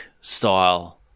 style